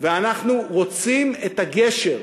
ואנחנו רוצים את הגשר,